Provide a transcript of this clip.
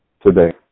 today